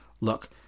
Look